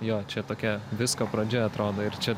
jo čia tokia visko pradžia atrodo ir čia